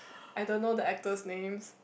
I don't know the actors name